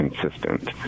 consistent